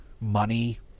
money